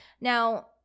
Now